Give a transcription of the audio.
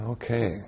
Okay